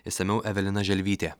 išsamiau evelina želvytė